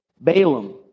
Balaam